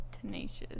tenacious